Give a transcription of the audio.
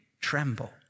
tremble